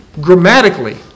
Grammatically